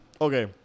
okay